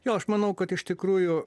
jo aš manau kad iš tikrųjų